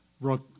brought